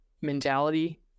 mentality